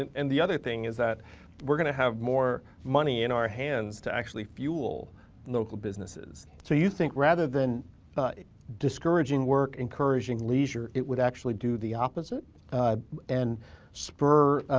and and the other thing is that we're gonna have more money in our hands to actually fuel local businesses. so you think rather than discouraging work, encouraging leisure, it would actually do the opposite and spur